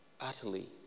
utterly